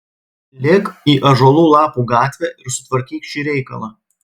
lėk į ąžuolų lapų gatvę ir sutvarkyk šį reikalą